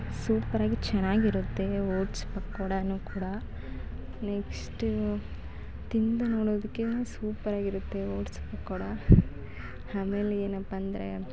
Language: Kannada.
ಸೂಪರಾಗಿ ಚೆನ್ನಾಗಿರುತ್ತೆ ಓಟ್ಸ್ ಪಕೋಡವೂ ಕೂಡ ನೆಕ್ಸ್ಟು ತಿಂದು ನೋಡೋದಕ್ಕೇನು ಸೂಪರಾಗಿರುತ್ತೆ ಓಟ್ಸ್ ಪಕೋಡ ಆಮೇಲೆ ಏನಪ್ಪಾ ಅಂದರೆ